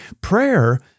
Prayer